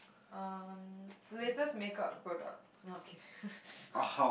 um latest makeup products no I'm kidding